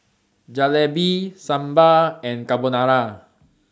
Jalebi Sambar and Carbonara